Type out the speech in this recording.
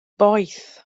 boeth